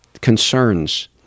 concerns